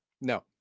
No